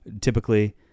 typically